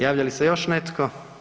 Javlja li se još netko?